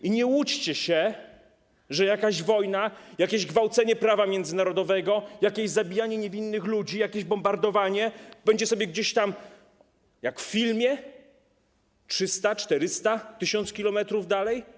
I nie łudźcie się, że jakaś wojna, jakieś gwałcenie prawa międzynarodowego, jakieś zabijanie niewinnych ludzi, jakieś bombardowanie będzie sobie gdzieś tam, jak w filmie, 300, 400, 1000 km dalej.